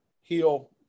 heal